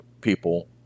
people